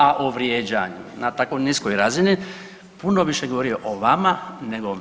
A o vrijeđanju na tako niskoj razini puno više govori o vama nego o meni.